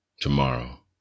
tomorrow